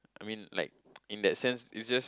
I mean like in that sense it's just